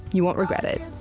you won't regret it